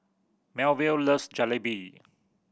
Melville loves Jalebi